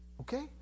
Okay